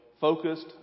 focused